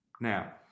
Now